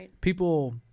people